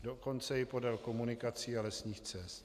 Dokonce i podél komunikací a lesních cest.